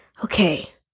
Okay